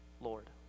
Lord